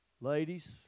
Ladies